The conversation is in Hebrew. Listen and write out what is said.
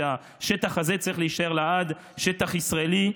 שהשטח הזה צריך להישאר לעד שטח ישראלי,